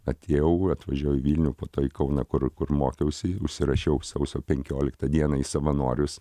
atėjau atvažiavau į vilnių po to į kauną kur kur mokiausi užsirašiau sausio penkioliktą dieną į savanorius